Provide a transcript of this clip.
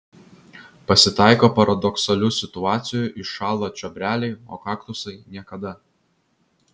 pasitaiko paradoksalių situacijų iššąla čiobreliai o kaktusai niekada